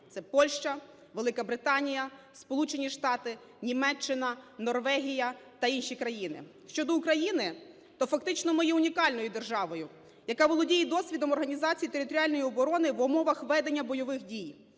це Польща, Велика Британія, Сполучені Штати, Німеччина, Норвегія та інші країни. Щодо України, то фактично ми є унікальною державою, яка володіє досвідом організації територіальної оборони в умовах ведення бойових дій.